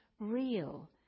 Real